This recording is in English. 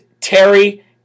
Terry